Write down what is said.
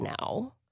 now